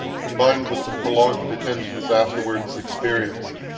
combined with the prolonged detections afterwards experienced,